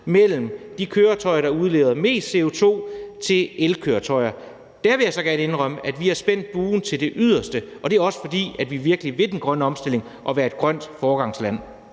mellem de køretøjer, der udleder mest CO2, og elkøretøjer. Der vil jeg så gerne indrømme, at vi har spændt buen til det yderste, og det er også, fordi vi virkelig vil den grønne omstilling og være et grønt foregangsland.